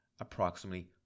approximately